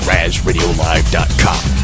RazRadioLive.com